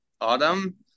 autumn